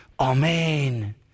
Amen